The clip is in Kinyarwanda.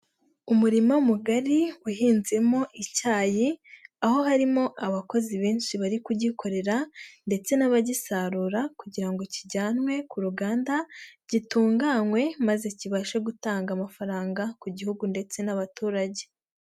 Umurima mugari uhinzemo icyayi aho harimo abakozi benshi bari kugikorera ndetse n'abagisarura kugira ngo kijyanwe ku ruganda gitunganywe maze kibashe gutanga amafaranga ku Gihugu ndetse n'abaturage.